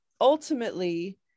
ultimately